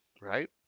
right